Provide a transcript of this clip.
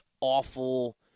awful